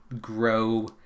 grow